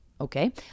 okay